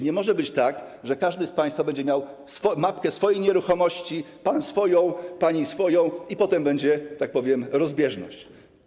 Nie może być tak, że każdy z państwa będzie miał mapkę swojej nieruchomości, pan swoją, pani swoją, a potem będzie rozbieżność.